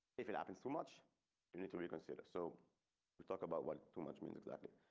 if it happens, too much you need to reconsider so we talk about what too much means exactly.